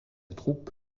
troupe